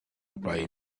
buy